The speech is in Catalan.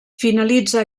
finalitza